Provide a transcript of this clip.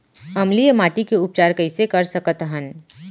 अम्लीय माटी के उपचार कइसे कर सकत हन?